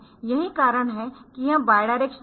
यही कारण है कि यह बायडायरेक्शनल है